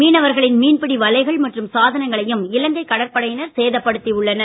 மீனவர்களின் மீன்பிடி வலைகள் மற்றும் சாதனங்களையும் இலங்கை கடற்படையினர் சேதப்படுத்தி உள்ளனர்